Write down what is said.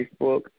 Facebook